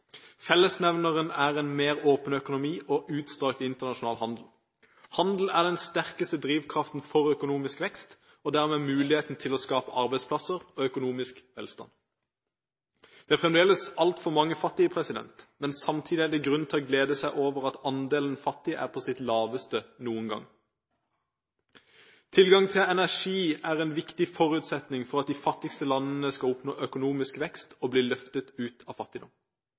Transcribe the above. Fellesnevneren er en mer åpen økonomi og utstrakt internasjonal handel. Handel er den sterkeste drivkraften for økonomisk vekst og dermed for muligheten til å skape arbeidsplasser og økonomisk velstand. Det er fremdeles altfor mange fattige, men samtidig er det grunn til å glede seg over at andelen fattige er på sitt laveste noen gang. Tilgang til energi er en viktig forutsetning for at de fattigste landene skal oppnå økonomisk vekst og bli løftet ut av fattigdom.